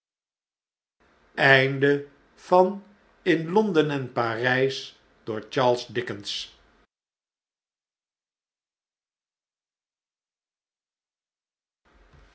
in londen en parijs door charles dickens